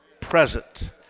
present